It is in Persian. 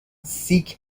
سیک